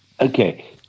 Okay